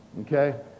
Okay